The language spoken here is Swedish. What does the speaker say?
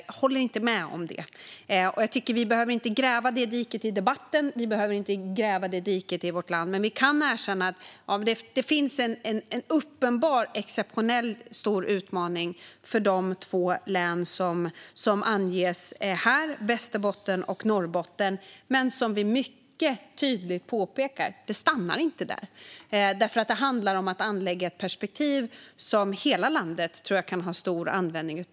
Jag håller inte med om det, och vi behöver inte gräva det diket i debatten eller i vårt land. Vi kan dock erkänna att det finns en uppenbar och exceptionell utmaning för de två län som anges, Västerbotten och Norrbotten. Men som vi mycket tydligt påpekar stannar det inte där, för det handlar om att anlägga ett perspektiv som jag tror att hela landet kan ha stor användning av.